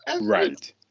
Right